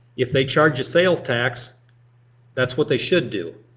if they charge a sales tax that's what they should do.